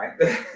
right